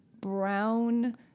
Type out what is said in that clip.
brown